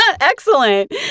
Excellent